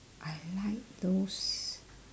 I like those